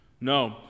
No